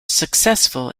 successful